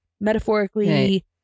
metaphorically